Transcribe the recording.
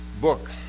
book